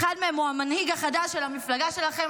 אחד מהם הוא המנהיג החדש של המפלגה שלכם,